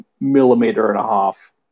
millimeter-and-a-half